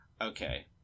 Okay